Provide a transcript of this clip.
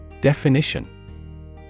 Definition